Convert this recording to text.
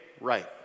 right